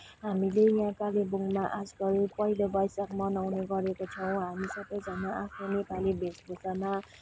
हामीले यहाँ कालेबुङमा आजकल पहिलो वैशाख मनाउने गरेको छौँ हामी सबैजाना आफ्नो नेपाली भेष भूषामा